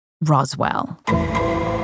Roswell